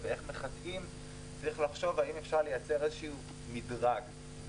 אני רוצה להזכיר גם